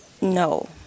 no